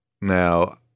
Now